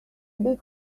big